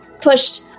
pushed